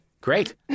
Great